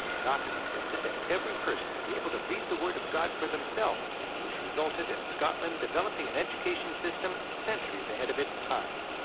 knox insisted that every person be able to read the word of god for themselves, which resulted in scotland developing an education system centuries ahead of its time.